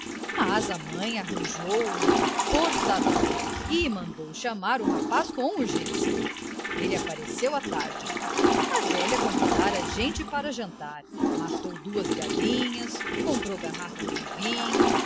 mas a mãe arranjou um portador e mandou chamar o rapaz com urgência ele apareceu à tarde a velha convidara gente para jantar matou duas galinhas comprou garrafas de